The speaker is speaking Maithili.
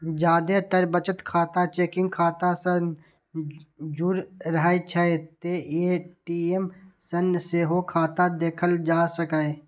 जादेतर बचत खाता चेकिंग खाता सं जुड़ रहै छै, तें ए.टी.एम सं सेहो खाता देखल जा सकैए